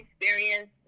experience